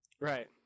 Right